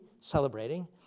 celebrating